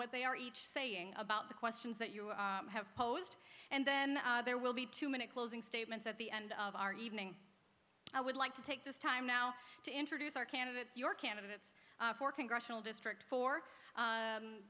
what they are each saying about the questions that you have posed and then there will be two minute closing statements at the end of our evening i would like to take this time now to introduce our candidates your candidates for congressional district for